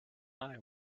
eye